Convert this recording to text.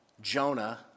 Jonah